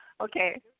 Okay